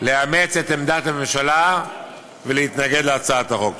לאמץ את עמדת הממשלה ולהתנגד להצעת החוק.